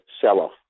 sell-off